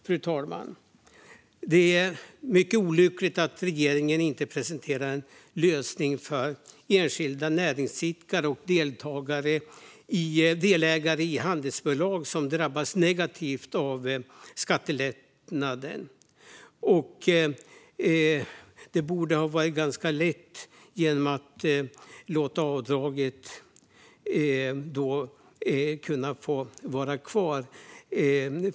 Fru talman! Det är mycket olyckligt att regeringen inte presenterar en lösning för de enskilda näringsidkare och delägare i handelsbolag som drabbas negativt av skattelättnaden. Det hade varit både lätt och rimligt att låta avdraget få vara kvar.